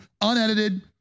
Unedited